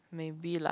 maybe like